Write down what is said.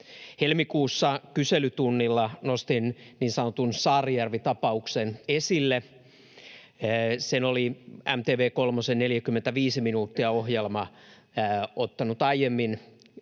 Helmikuussa kyselytunnilla nostin esille niin sanotun Saarijärvi-tapauksen. Sen oli MTV-kolmosen 45 minuuttia ‑ohjelma ottanut aiemmin